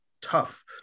tough